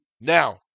Now